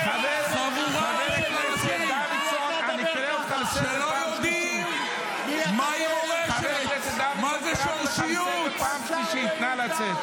ומי שינסה לחנך אותם ולנתק אותם מערכים ומהמורשת לא יצליח.